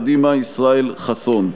קדימה: ישראל חסון.